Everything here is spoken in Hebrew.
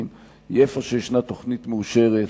איפה שיש תוכנית מאושרת,